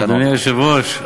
אדוני היושב-ראש,